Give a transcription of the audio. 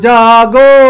Jago